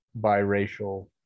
biracial